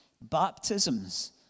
baptisms